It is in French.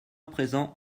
présent